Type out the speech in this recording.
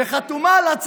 לאן?